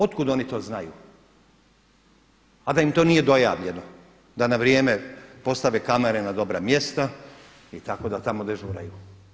Otkud oni to znaju a da im to nije dojavljeno da na vrijeme postave kamere na dobra mjesta i tako da tamo dežuraju?